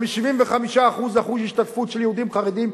ומ-75% של השתתפות של יהודים חרדים,